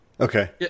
okay